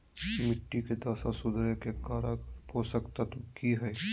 मिट्टी के दशा सुधारे के कारगर पोषक तत्व की है?